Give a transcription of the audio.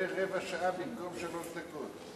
הוא נותן לך לדבר רבע שעה במקום שלוש דקות.